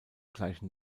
gleichen